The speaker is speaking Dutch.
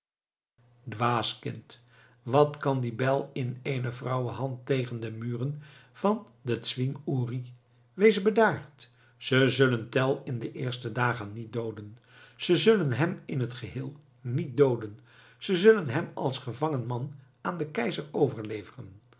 dwaas kind wat kan die bijl in eene vrouwenhand tegen de muren van den zwing uri wees bedaard ze zullen tell in de eerste dagen niet dooden ze zullen hem in het geheel niet dooden ze zullen hem als gevangen man aan den keizer overleveren